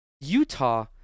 Utah